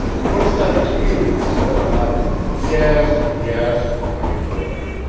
what's that to you says i yes, yes, i interrupted.